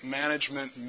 management